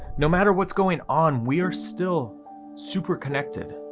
no matter what's going on we are still super connected,